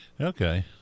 Okay